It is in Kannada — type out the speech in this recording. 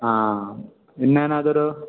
ಹಾಂ ಇನ್ನೇನಾದರೂ